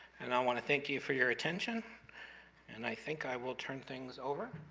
and i want to thank you for your attention and i think i will turn things over.